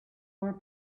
were